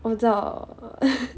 我知道